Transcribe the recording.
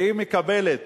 והיא מקבלת,